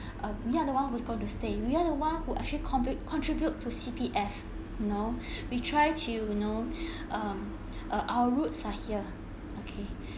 uh we are the ones who's going to stay we are are the one who actually convi~ contribute to C_P_F you know we try to you know um uh our roots are here okay